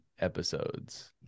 episodes